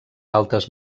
altes